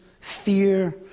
fear